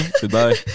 Goodbye